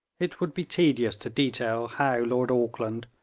it would be tedious to detail how lord auckland,